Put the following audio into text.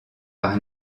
par